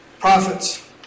prophets